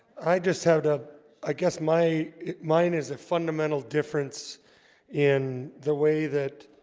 i just have to i guess my mine is a fundamental difference in the way that